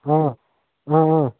اۭں اۭں اۭں